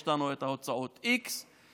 יש לנו הוצאותx ,